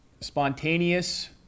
spontaneous